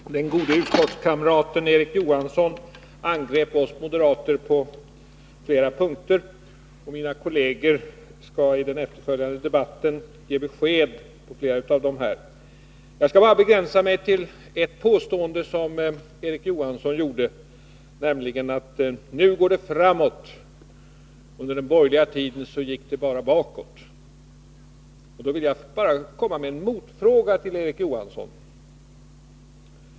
Herr talman! Den gode utskottskamraten Erik Johansson angrep oss moderater på flera punkter. Mina partikolleger skall i den efterföljande debatten ge besked på flera av dessa punkter. Jag skall begränsa mig till att ta upp endast ett av de påståenden som Erik Johansson gjorde. Han sade att nu går det framåt — under den borgerliga tiden gick det bara bakåt. Då vill jag bara ställa en fråga till Erik Johansson.